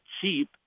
cheap